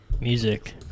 Music